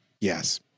Yes